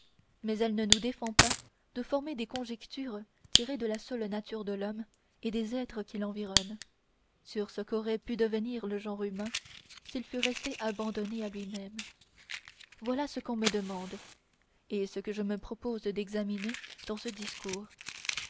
mais elle ne nous défend pas de former des conjectures tirées de la seule nature de l'homme et des êtres qui l'environnent sur ce qu'aurait pu devenir le genre humain s'il fût resté abandonné à lui-même voilà ce qu'on me demande et ce que je me propose d'examiner dans ce discours